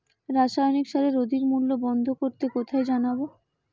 রাসায়নিক সারের অধিক মূল্য বন্ধ করতে কোথায় জানাবো?